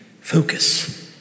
focus